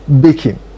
baking